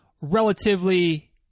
relatively